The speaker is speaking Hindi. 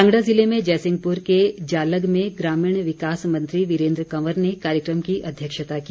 कांगड़ा जिले में जयसिंहपुर के जालग में ग्रामीण विकास मंत्री वीरेन्द्र कंवर ने कार्यक्रम की अध्यक्षता की